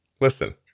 listen